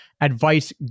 advice